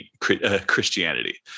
christianity